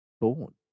born